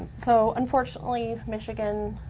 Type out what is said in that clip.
so unfortunately, michigan,